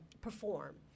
perform